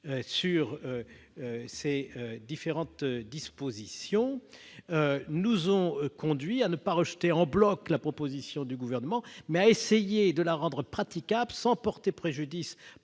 sur ces différents aspects nous ont conduits à ne pas rejeter en bloc la proposition du Gouvernement, mais à essayer de la rendre praticable sans porter préjudice, par une